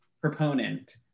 proponent